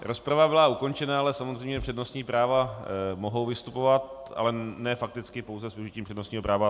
Rozprava byla ukončena, ale samozřejmě přednostní práva mohou vystupovat, ale ne fakticky, pouze s užitím přednostního práva.